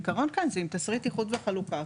בעיקרון כן, זה עם תשריט איחוד וחלוקה.